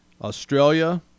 Australia